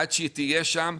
עד שהיא תהיה שם,